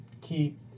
keep